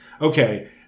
Okay